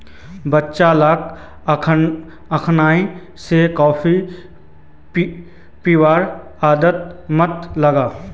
बच्चा लाक अखनइ स कॉफी पीबार आदत मत लगा